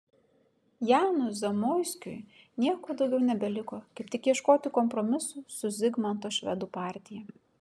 janui zamoiskiui nieko daugiau nebeliko kaip tik ieškoti kompromisų su zigmanto švedų partija